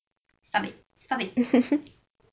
stop it stop it